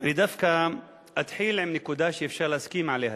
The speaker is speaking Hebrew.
אני דווקא אתחיל בנקודה שאפשר להסכים עליה,